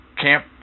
camp